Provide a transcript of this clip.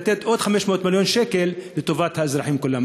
ולתת עוד 500 מיליון שקל לטובת האזרחים כולם.